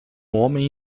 homem